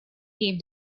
gave